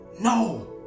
no